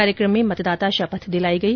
कार्यक्रम में मतदाता शपथ दिलाई गई